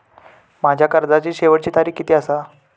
माझ्या कर्जाची शेवटची तारीख किती आसा?